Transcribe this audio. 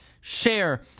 share